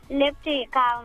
lipti į kalną